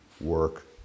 work